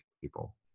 people